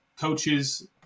coaches